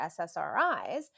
SSRIs